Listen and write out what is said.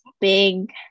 big